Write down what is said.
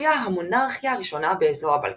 הופיעה המונרכיה הראשונה באזור הבלקן.